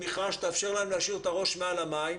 התמיכה שתאפשר להם להשאיר את הראש מעל המים.